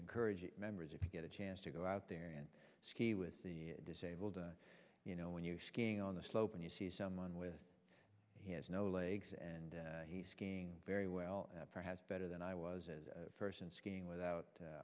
encourage members if you get a chance to go out there and ski with the disabled you know when you're skiing on the slope and you see someone with he has no legs and he's going very well perhaps better than i was as a person skiing without